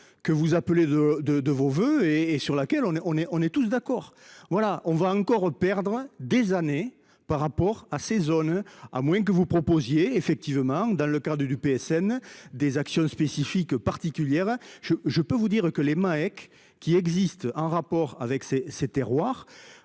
que vous appelez de de de vos voeux et et sur laquelle on est on est on est tous d'accord. Voilà, on va encore perdre des années par rapport à ces zones à moins que vous proposiez effectivement dans le cas du du PSN. Des actions spécifiques particulières, je, je peux vous dire que les mecs qui existe en rapport avec ses, ses terroirs